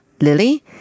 Lily